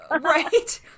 Right